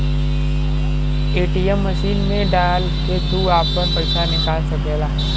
ATM machine मे डाल के तू आपन पइसा निकाल सकला